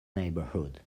neighbourhood